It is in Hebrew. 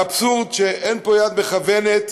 האבסורד הוא שאין פה יד מכוונת,